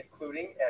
including